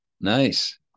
Nice